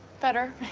better.